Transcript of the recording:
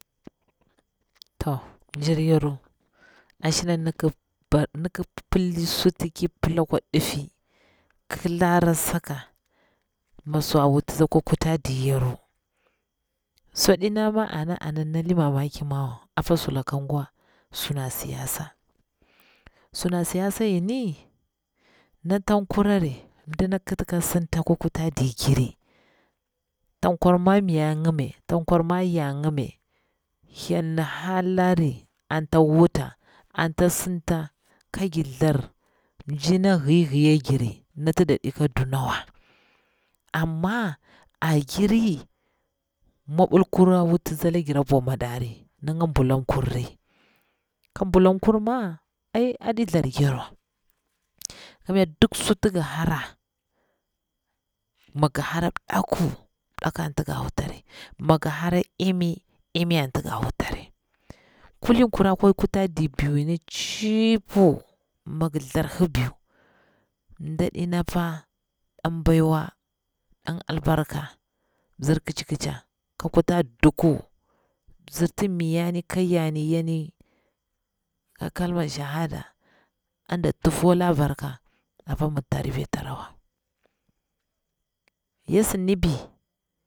Tah mjir yaru ashina ndi pila ki pilla suti ya kikari ekwa diffu kilara saka mi swa wutitsi a kwa kuta dir yaru, swa ɗina ma ana ani nali mamaki mawa apa sulaka gwa thlima siyasa, suda siyasa ngini na tang kura ri mdina kiti kasinta akwa kutaɗi digri, ta ƙwarma miya ngi mari, ta kwarma yangi mai hyel ni hala ri anta wuta, anta sinta ka gir thar mjina hiliya ngirmi, nati daɗi ka dunawa amma a giri mwabul kura wuti tsi alagir amari ninga bulam kurni, ka mto ulam kurma ai aɗi thar ngirwa kamnya duk suti ngi hara, mi ngi hara mdaku, mdaku anti ga wutari, mi ngi ɗimi, to ɗimi anti ga wutari, kulin kurari dawa kutadir biu tahippi mi ngi tharhi biu mɗaɗi napa dan bwaiwa dan albarka, mzir ƙicikita ka kuta dukku apa mzir ti mayanni ko yonni ka kalman shahada anti nda tufula baka apa muktari betra wa, yasin ni bi